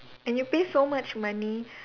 and you pay so much money